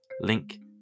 Link